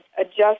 adjust